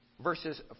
verses